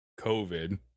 COVID